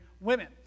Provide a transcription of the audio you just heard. women